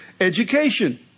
education